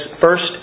first